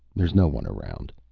there's no one around.